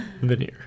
Veneer